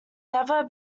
never